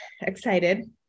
excited